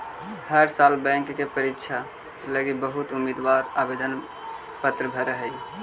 हर साल बैंक के परीक्षा लागी बहुत उम्मीदवार आवेदन पत्र भर हई